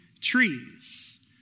trees